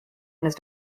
his